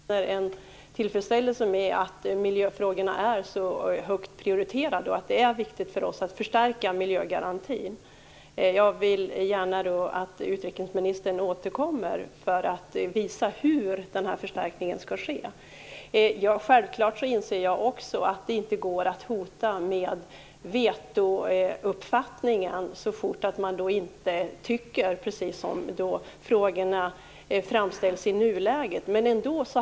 Herr talman! Jag vill tacka för det kompletterande svaret. Det är tillfredsställande att miljöfrågorna är så högt prioriterade. Det är viktigt för oss att förstärka miljögarantin. Jag vill gärna att utrikesministern återkommer för att visa hur den här förstärkningen skall ske. Självklart inser också jag att det inte går att hota med vetouppfattningen så fort man inte tycker precis så som frågorna i nuläget framställs.